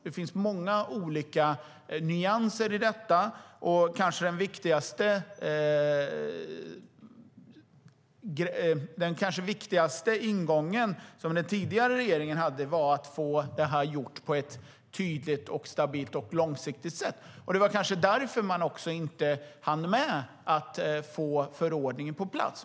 Det finns många olika nyanser i detta. Den kanske viktigaste ingången som den tidigare regeringen hade var att få det här gjort på ett tydligt, stabilt och långsiktigt sätt. Det var kanske därför man inte hann få förordningen på plats.